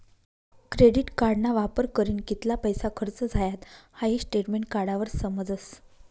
credit कार्डना वापर करीन कित्ला पैसा खर्च झायात हाई स्टेटमेंट काढावर समजस